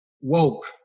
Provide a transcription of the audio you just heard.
Woke